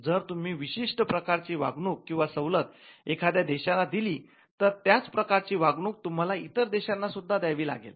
जर तुम्ही विशिष्ट प्रकारची वागणूक किंवा सवलत एखाद्या देशाला दिली तर त्याच प्रकारची वागणूक तुम्हाला इतर देशांना सुद्धा द्यावी लागेल